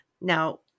Now